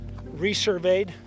resurveyed